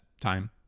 time